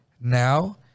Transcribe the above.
Now